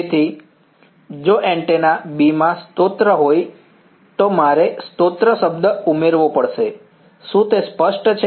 તેથી જો antenna B માં સ્રોત હોત તો મારે સ્રોત શબ્દ ઉમેરવો પડશે શું તે સ્પષ્ટ છે